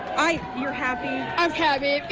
i mean happy. i'm happy,